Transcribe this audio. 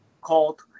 called